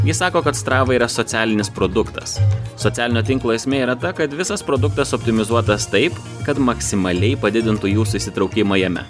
jis sako kad strava yra socialinis produktas socialinio tinklo esmė yra ta kad visas produktas optimizuotas taip kad maksimaliai padidintų jūsų įsitraukimą jame